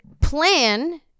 plan